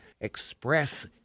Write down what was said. express